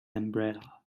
umbrella